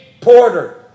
porter